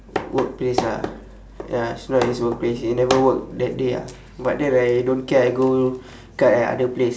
workplace ah ya he's not at his workplace he never work that day ah but then I don't care I go cut at other place